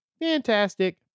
fantastic